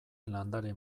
landare